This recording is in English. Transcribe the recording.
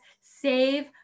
save